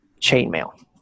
chainmail